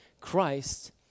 christ